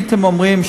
הייתם אומרים,